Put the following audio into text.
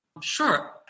Sure